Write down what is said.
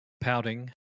pouting